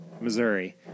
Missouri